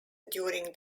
during